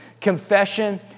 confession